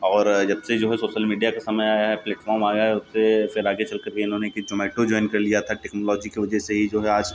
और जबसे जो है सोशल मीडिया का समय आया है प्लेटफ़ॉर्म आया है तबसे फिर आगे चल के भी इन्होंने फिर ज़ोमैटो जॉइन कर लिया था टेक्नोलॉजी की वजह से ही जो है आज